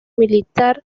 militar